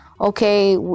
Okay